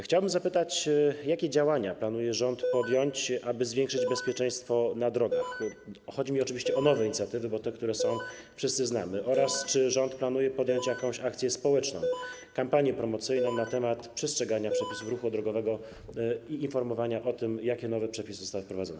Chciałbym zapytać: Jakie działania rząd planuje podjąć, aby zwiększyć bezpieczeństwo na drogach - chodzi mi oczywiście o nowe inicjatywy, bo te, które są, wszyscy znamy - oraz czy rząd planuje podjąć jakąś akcję społeczną, kampanię promocyjną na temat przestrzegania przepisów ruchu drogowego i informowania o tym, jakie nowe przepisy zostały wprowadzone?